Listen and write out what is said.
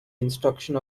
instruction